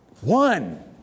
One